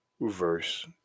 verse